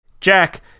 Jack